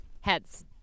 heads